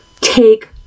take